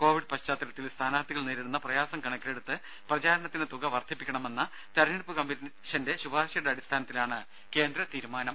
Covid പശ്ചാത്തലത്തിൽ സ്ഥാനാർത്ഥികൾ നേരിടുന്ന പ്രയാസം കണക്കിലെടുത്ത് പ്രചാരണത്തിന് തുക വർദ്ധിപ്പിക്കണമെന്ന തിരഞ്ഞെടുപ്പ് കമ്മീഷന്റെ ശുപാർശയുടെ അടിസ്ഥാനത്തിലാണ് കേന്ദ്ര തീരുമാനം